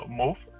move